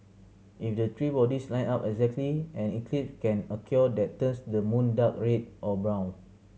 if the three bodies line up exactly an eclipse can occur that turns the moon dark red or brown